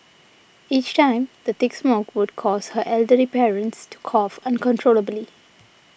each time the thick smoke would cause her elderly parents to cough uncontrollably